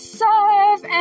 serve